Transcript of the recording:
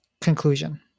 conclusion